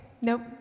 nope